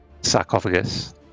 sarcophagus